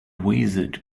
wizard